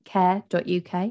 care.uk